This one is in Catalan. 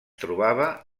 trobava